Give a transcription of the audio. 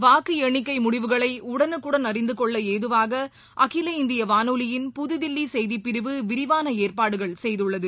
வாக்கு எண்ணிக்கை முடிவுகளை உடனுக்குடன் அறிந்து கொள்ள ஏதுவாக அகில இந்திய வானொலியின் புதுதில்லி செய்திப்பிரிவு விரிவான ஏற்பாடுகள் செய்துள்ளது